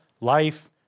life